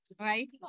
Right